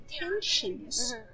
intentions